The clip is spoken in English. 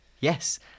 Yes